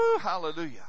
Hallelujah